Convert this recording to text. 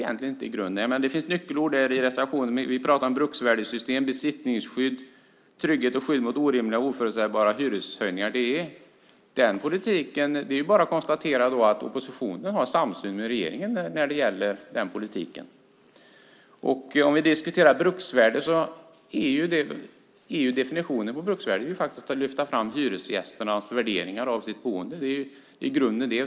Det finns nyckelord i reservationen. Vi pratar om bruksvärdessystem, besittningsskydd, trygghet och skydd mot orimliga och oförutsägbara hyreshöjningar. Det är bara att notera oppositionens samsyn med regeringen när det gäller den politiken. Om vi diskuterar bruksvärde kan jag säga att definitionen på bruksvärde faktiskt är att lyfta fram hyresgästernas värderingar av sitt boende. Det är grunden för bruksvärdet.